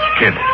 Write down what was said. kid